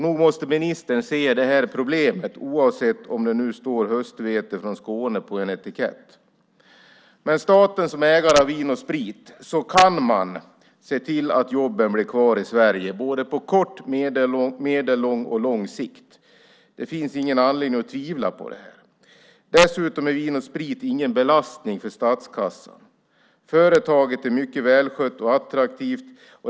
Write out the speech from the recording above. Nog måste ministern se problemet, oavsett om det står höstvete från Skåne på en etikett eller inte. Med staten som ägare av Vin & Sprit kan man se till att jobben blir kvar i Sverige på både kort, medellång och lång sikt. Det finns ingen anledning att tvivla på det. Dessutom är Vin & Sprit ingen belastning för statskassan. Företaget är välskött och attraktivt.